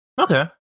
okay